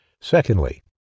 Secondly